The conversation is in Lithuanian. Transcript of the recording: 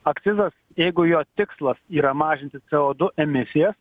akcizas jeigu jo tikslas yra mažinti co du emisijas